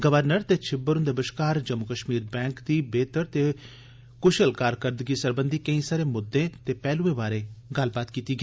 governor ते छिब्बर हन्दे बश्कार जम्मू कश्मीर बैंक दी बेहतर ते कुशल कारकरदगी सरबंधी केंई सारे मुद्दें ते पैहलुएं दे बारै च गल्लबात होई